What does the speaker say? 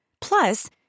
Plus